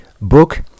Book